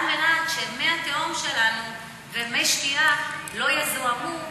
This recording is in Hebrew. מנת שמי התהום שלנו ומי שתייה לא יזוהמו,